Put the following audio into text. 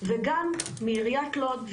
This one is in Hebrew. וגם מעיריית לוד,